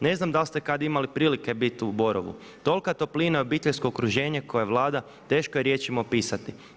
Ne znam da li ste ikada imali prilike biti u Borovu, tolika toplina i obiteljsko okruženje koje vlada teško je riječima opisati.